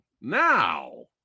Now